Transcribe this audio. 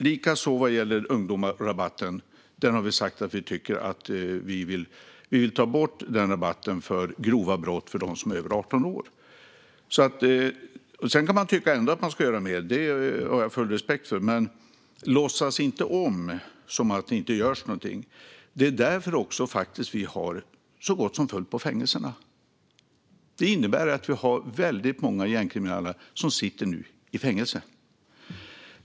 Likaså vill vi ta bort ungdomsrabatten när det gäller grova brott för dem som är över 18 år. Sedan kan man tycka att vi ska göra ännu mer. Det har jag full respekt för. Men låtsas inte som om det inte görs något! Det är för övrigt just på grund av detta som det är så gott som fullt på fängelserna. Det är väldigt många gängkriminella som nu sitter i fängelse.